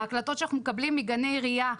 ההקלטות שאנחנו מקבלים מגני עירייה,